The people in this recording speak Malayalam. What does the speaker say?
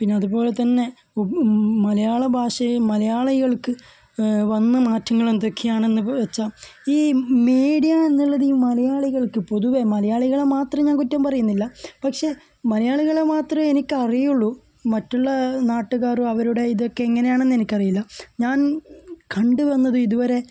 പിന്നെ അതുപോലെ തന്നെ മലയാള ഭാഷയെ മലയാളികൾക്ക് വന്ന മാറ്റങ്ങൾ എന്തൊക്കെയാണെന്ന് വച്ചാൽ ഈ മീഡിയ എന്നുള്ളത് ഈ മലയാളികൾക്ക് പൊതുവെ മലയാളികളെ മാത്രം ഞാൻ കുറ്റം പറയുന്നില്ല പക്ഷെ മലയാളികളെ മാത്രമേ എനിക്ക് അറിയുകയുള്ളു മറ്റുള്ള നാട്ടുകാരും അവരുടെ ഇതൊക്കെ എങ്ങനെയാണെന്ന് എനിക്കറിയില്ല ഞാൻ കണ്ടുവന്നത് ഇതുവരെ